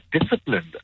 disciplined